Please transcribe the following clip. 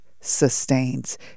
sustains